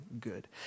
good